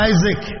Isaac